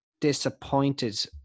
disappointed